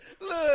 look